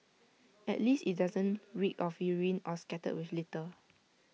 at least IT doesn't reek of urine or scattered with litter